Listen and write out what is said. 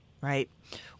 right